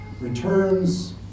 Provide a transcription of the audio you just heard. returns